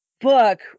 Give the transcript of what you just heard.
book